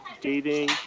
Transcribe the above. dating